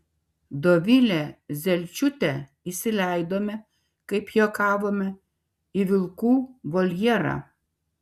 dovilę zelčiūtę įsileidome kaip juokavome į vilkų voljerą